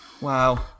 Wow